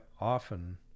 often